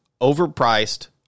overpriced